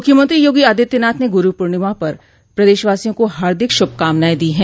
मुख्यमंत्री योगी आदित्यनाथ ने गुरू पूर्णिमा पर प्रदेशवासियों को हार्दिक शुभकामनाएं दी है